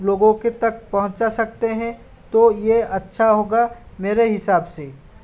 लोगों के तक पपहुँचाहोचा सकते हैं तो ये अच्छा होगा मेरे हिसाब से